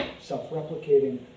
self-replicating